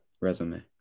resume